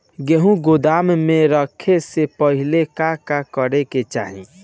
गेहु गोदाम मे रखे से पहिले का का करे के चाही?